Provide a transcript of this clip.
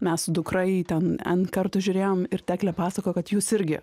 mes su dukra jį ten en kartų žiūrėjom ir teklė pasakojo kad jūs irgi